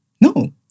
no